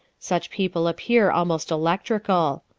such people appear almost electrical.